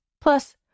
Plus